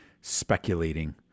speculating